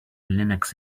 linux